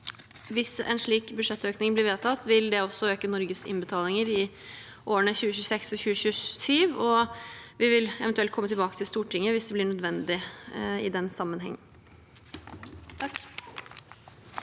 Hvis en slik budsjettøkning blir vedtatt, vil det også øke Norges innbetalinger i årene 2026 og 2027. Vi vil i den sammenheng eventuelt komme tilbake til Stortinget hvis det blir nødvendig. Presidenten